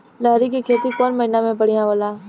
लहरी के खेती कौन महीना में बढ़िया होला?